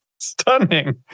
Stunning